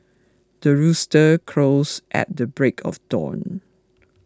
the rooster crows at the break of dawn